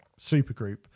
supergroup